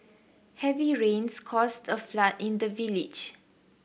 heavy rains caused a flood in the village